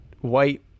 white